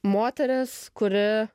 moteris kuri